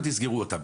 ותסגרו אותם.